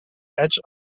edge